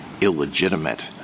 illegitimate